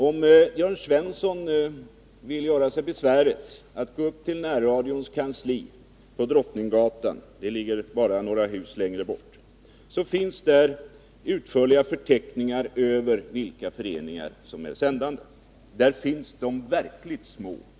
Om Jörn Svensson vill göra sig besväret att gå upp till närradions kansli på Drottninggatan några hus längre bort, kan han där finna utförliga förteckningar över vilka föreningar som är sändande. Där finns bl.a. de verkligt små.